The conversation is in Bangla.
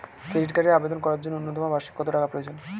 ক্রেডিট কার্ডের আবেদন করার জন্য ন্যূনতম বার্ষিক কত টাকা প্রয়োজন?